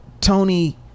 Tony